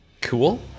Cool